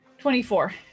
24